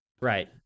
Right